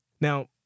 Now